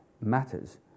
matters